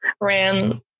ran